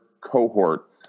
cohort